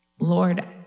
Lord